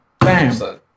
Bam